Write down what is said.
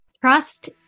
Trust